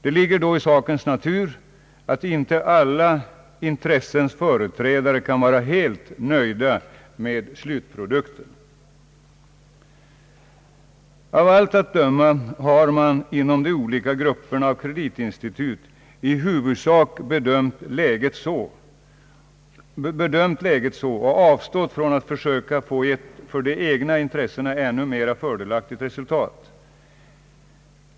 Det ligger då i sakens natur att inte alla intressens företrädare kan vara helt nöjda med slutprodukten. Av allt att döma har man inom de olika grupperna av kreditinstitut i huvudsak bedömt läget så och avstått från att försöka få ett för de egna intressena ännu mera fördelaktigt resultat.